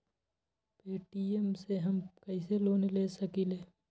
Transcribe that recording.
Paytm से हम कईसे लोन ले सकीले?